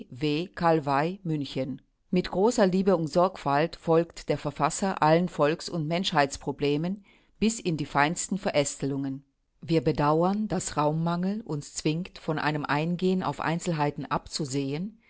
münchen mit großer liebe und sorgfalt folgt der verfasser allen volks und menschheitsproblemen bis in die feinsten verästelungen wir bedauern daß raummangel uns zwingt von einem eingehen auf einzelheiten abzusehen